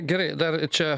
gerai dar čia